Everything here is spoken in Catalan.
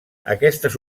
aquestes